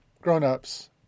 grown-ups